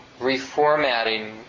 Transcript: reformatting